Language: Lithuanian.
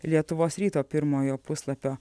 lietuvos ryto pirmojo puslapio